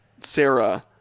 Sarah